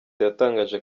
yatangaje